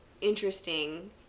interesting